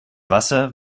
wasser